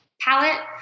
palette